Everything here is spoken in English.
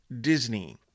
Disney